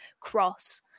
cross